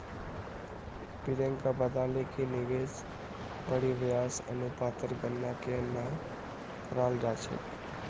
प्रियंका बताले कि निवेश परिव्यास अनुपातेर गणना केन न कराल जा छेक